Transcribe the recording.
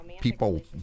people